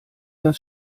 das